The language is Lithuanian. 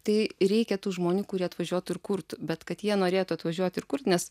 tai reikia tų žmonių kurie atvažiuotų ir kurtų bet kad jie norėtų atvažiuot ir kurt nes